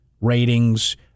Ratings